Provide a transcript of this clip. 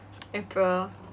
april